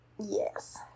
Yes